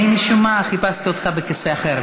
משום מה חיפשתי אותך בכיסא אחר.